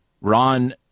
Ron